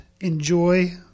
enjoy